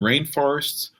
rainforests